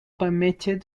permitted